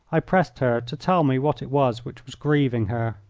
i pressed her to tell me what it was which was grieving her.